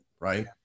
right